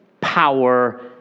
power